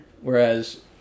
Whereas